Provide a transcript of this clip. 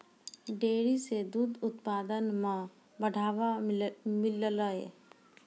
dairy सें दूध उत्पादन म बढ़ावा मिललय